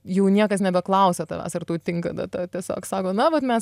jau niekas nebeklausia tavęs ar tau tinka data tiesiog sako na vat mes